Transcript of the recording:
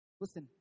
listen